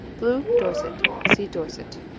blue dorset see dorset.